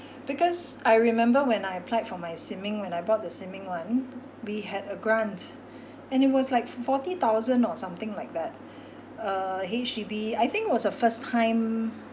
because I remember when I applied for my sin ming when I bought the sin ming [one] we had a grant and it was like forty thousand or something like that uh H_D_B I think was a first time